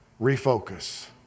refocus